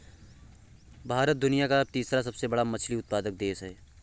भारत दुनिया का तीसरा सबसे बड़ा मछली उत्पादक देश है